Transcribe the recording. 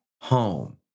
home